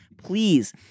Please